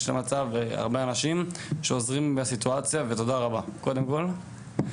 למצב והרבה אנשים שעוזרים בסיטואציה ותודה רבה קודם כל.